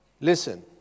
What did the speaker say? Listen